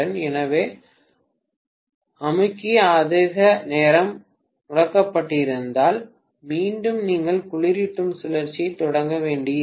எனவே அமுக்கி அதிக நேரம் முடக்கப்பட்டிருந்தால் மீண்டும் நீங்கள் குளிரூட்டும் சுழற்சியைத் தொடங்க வேண்டியிருக்கும்